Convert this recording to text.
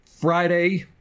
Friday